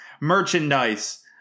merchandise